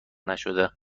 نشده